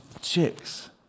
chicks